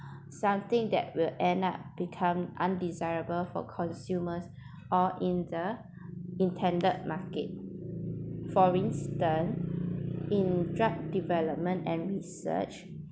something that will end up become undesirable for consumers or in the intended market for instance in drug development and research